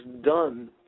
done